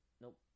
Nope